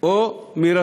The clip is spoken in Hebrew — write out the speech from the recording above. עיוות